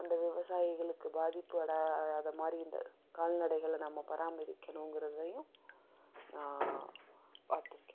அந்த விவசாயிகளுக்கு பாதிப்பு மாதிரி இந்த கால்நடைகளை நம்ம பராமரிக்கணும்ங்கிறதையும் நான் பார்த்துருக்கேன்